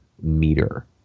meter